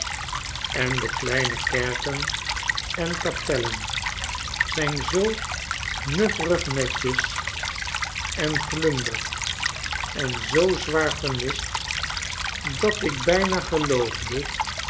en de kleine kerken en kapellen zijn zoo nufferig netjes en glunder en zoo zwaar vernist dat ik bijna geloofde